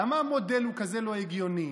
למה המודל הוא כזה לא הגיוני,